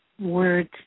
Words